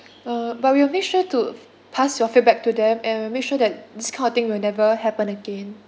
uh but we'll make sure to pass your feedback to them and we'll make sure that this kind of thing will never happen again